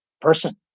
person